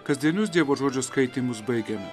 kasdienius dievo žodžio skaitymus baigėme